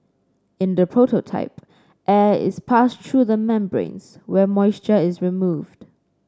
in the prototype air is passed through membranes where moisture is removed